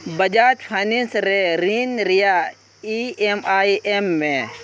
Bajaj finance ᱨᱮ ᱨᱤᱱ ᱨᱮᱭᱟᱜ ᱤ ᱮᱢ ᱟᱭ ᱮᱢᱢᱮ